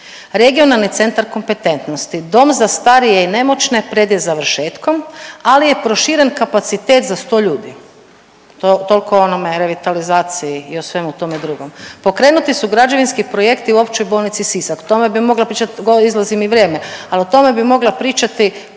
regionalni centar kompetentnosti, dom za starije i nemoćne pred je završetkom, ali je proširen kapacitet za 100 ljudi. Toliko o onome, revitalizaciji i svemu tome drugome. Pokrenuti su građevinski projekti u Općoj bolnici Sisak, tome bi mogla pričati, izlazi mi vrijeme, ali o tome bi mogla pričati